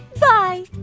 Bye